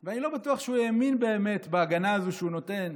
אני לא בטוח שהוא האמין באמת בהגנה הזו שהוא נותן